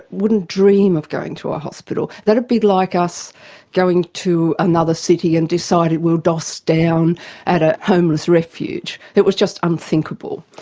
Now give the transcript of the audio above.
wouldn't dream of going to a hospital. that would be like us going to another city and deciding we would doss down at a homeless refuge it was just unthinkable.